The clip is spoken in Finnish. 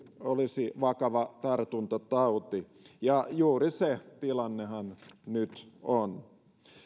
olisi vakava tartuntatauti ja juuri se tilannehan nyt on